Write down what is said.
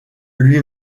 lui